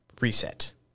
reset